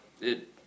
It-